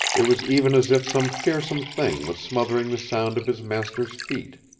it was even as if some fearsome thing was smothering the sound of his master's feet.